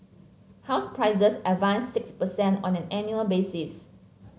house prices advanced six per cent on an annual basis